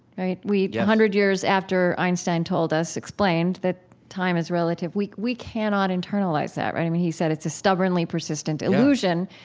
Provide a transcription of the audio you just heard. right? we, a hundred years after einstein told us, explained that time is relative, we we cannot internalize that. i mean, he said it's a stubbornly persistent illusion.